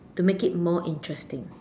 to make it more interesting